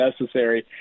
necessary